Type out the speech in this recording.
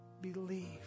believe